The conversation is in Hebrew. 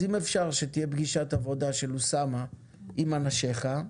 אז אם אפשר שתהיה פגישת עבודה של אוסאמה עם אנשיך,